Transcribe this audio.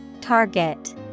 Target